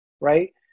right